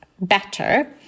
Better